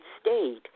state